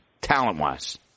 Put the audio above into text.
talent-wise